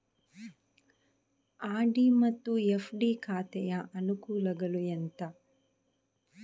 RD ಮತ್ತು FD ಖಾತೆಯ ಅನುಕೂಲಗಳು ಎಂತ?